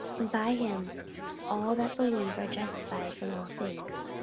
and by him all that believe are justified from all things,